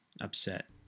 upset